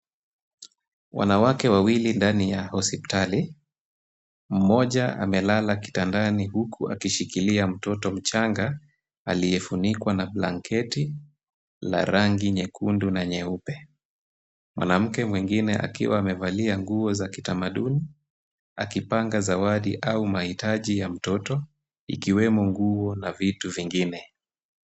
Wanawake wawili ndani ya hospitali. Mmoja amelala kitandani huku akishikilia mtoto mchanga aliyefunikwa na blanketi la rangi nyekundu na nyeupe. Mwanamke mwingine akiwa amevalia nguo za kitamaduni akipanga zawadi au mahitaji ya mtoto ikiwemo nguo na vitu vingine.